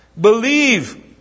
Believe